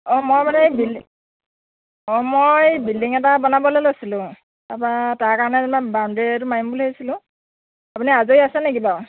অঁ মই মানে বিল্ডিং মই বিল্ডিং এটা বনাবলৈ লৈছিলোঁ তাৰ পৰা তাৰ কাৰণে যেনিবা বাউণ্ডেৰী ৱালটো মাৰিম বুলি ভাবিছিলোঁ আপুনি আজৰি আছে নেকি বাৰু